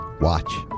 watch